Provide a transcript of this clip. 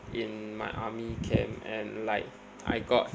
in my army camp and like I got